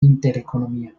intereconomía